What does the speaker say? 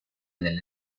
delle